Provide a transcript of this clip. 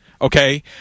okay